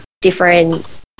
different